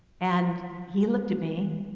and he looked at me,